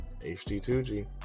HD2G